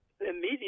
immediately